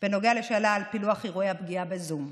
בנוגע לשאלה על פילוח אירועי הפגיעה בזום,